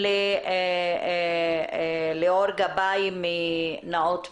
ליאור גבאי נאות מרגלית.